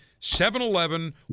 7-Eleven